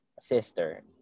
sister